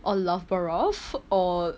or love borough or